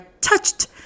touched